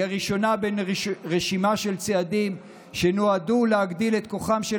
היא הראשונה בין רשימה של צעדים שנועדו להגדיל את כוחם של